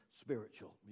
spiritual